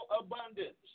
abundance